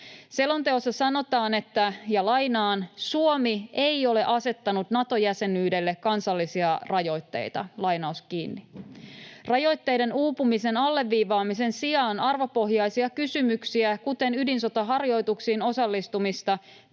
Selonteossa sanotaan: ”Suomi ei ole asettanut Nato-jäsenyydelle kansallisia rajoitteita.” Rajoitteiden uupumisen alleviivaamisen sijaan arvopohjaisia kysymyksiä, kuten ydinsotaharjoituksiin osallistumista,